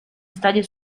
stadio